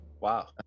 Wow